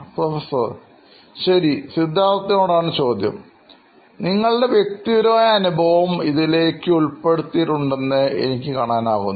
professor ശരി സിദ്ധാർത്ഥനോട് ആണ് ചോദ്യം നിങ്ങളുടെ വ്യക്തിപരമായ അനുഭവവും ഇതിലേക്ക് ഉൾപ്പെടുത്തിയിട്ടുണ്ടെന്ന് എനിക്ക് കാണാനാകുന്നു